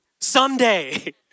someday